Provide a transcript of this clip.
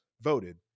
voted